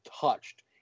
touched